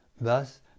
Thus